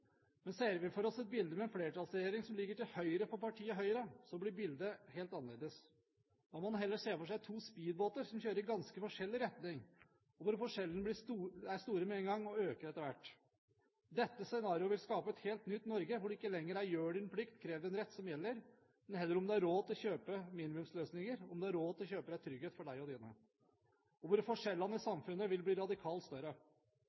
Men ser vi for oss et bilde med en flertallsregjering som ligger til høyre for partiet Høyre, blir bildet helt annerledes. Da må man heller se for seg to speedbåter som kjører i ganske forskjellig retning, og hvor forskjellene er store med én gang, og øker etter hvert. Dette scenario vil skape et helt nytt Norge, hvor det ikke lenger er «gjør din plikt, krev din rett» som gjelder, men heller om du har råd til å kjøpe minimumsløsninger, om du har råd til å kjøpe deg trygghet for deg og dine, og hvor forskjellene i samfunnet vil bli radikalt større.